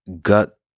gut